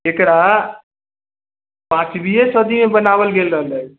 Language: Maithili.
एकरा पाँचवीए सदी मे बनावल गेल रहलै